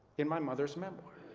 in my mother's memoirs.